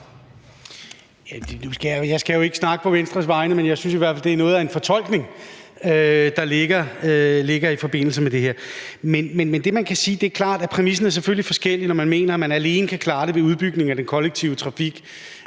Jeg skal jo ikke snakke på Venstres vegne. Men jeg synes i hvert fald, at det er noget af en fortolkning, der ligger i forbindelse med det her. Det, man kan sige, er, at det er klart, at præmissen selvfølgelig er forskellig, når man mener, man alene kan klare det ved udbygning af den kollektive trafik.